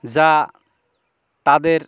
যা তাদের